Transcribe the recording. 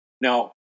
Now